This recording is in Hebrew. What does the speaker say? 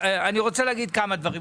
אני רוצה להגיד כמה דברים.